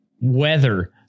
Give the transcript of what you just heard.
weather